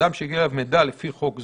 "אדם שהגיע אליו מידע לפי חוק זה",